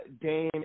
Dane